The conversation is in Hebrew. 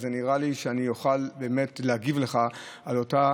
נראה לי שאוכל באמת להגיב לך על אותה